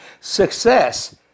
Success